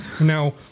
Now